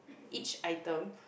each item